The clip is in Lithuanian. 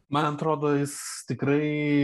man atrodo jis tikrai